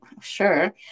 sure